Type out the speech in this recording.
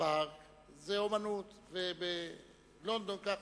בפארק זו אמנות ובלונדון ככה.